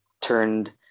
turned